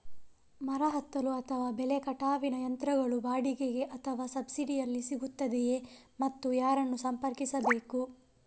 ಮರ ಹತ್ತಲು ಅಥವಾ ಬೆಲೆ ಕಟಾವಿನ ಯಂತ್ರಗಳು ಬಾಡಿಗೆಗೆ ಅಥವಾ ಸಬ್ಸಿಡಿಯಲ್ಲಿ ಸಿಗುತ್ತದೆಯೇ ಮತ್ತು ಯಾರನ್ನು ಸಂಪರ್ಕಿಸಬೇಕು?